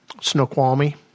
Snoqualmie